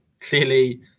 Clearly